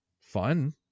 fun